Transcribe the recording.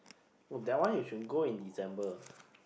oh that one you should go in December